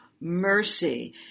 mercy